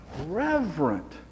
reverent